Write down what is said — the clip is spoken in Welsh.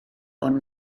ond